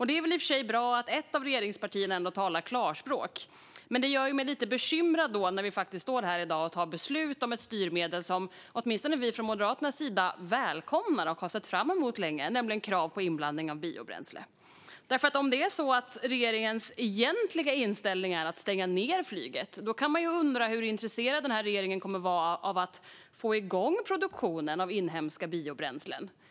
Det är i och för sig bra att ett av regeringspartierna talar klarspråk, men det gör mig lite bekymrad när vi faktiskt står här i dag och tar beslut om ett styrmedel som åtminstone vi från Moderaternas sida välkomnar och har sett fram emot länge, nämligen krav på inblandning av biobränsle. Om det är så att regeringens egentliga inställning är att stänga ned flyget kan man undra hur intresserad regeringen kommer att vara av att få igång produktionen av inhemska biobränslen.